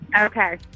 okay